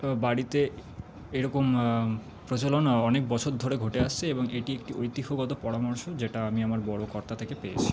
বাড়িতে এরকম প্রচলন অনেক বছর ধরে ঘটে আসছে এবং এটি একটি ঐতিহ্যগত পরামর্শ যেটা আমি আমার বড়ো কর্তা থেকে পেয়েছি